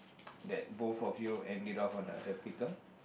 that both of you end it off on a happy term